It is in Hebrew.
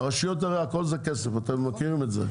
הרי, הכל זה כסף; אתם מכירים את זה.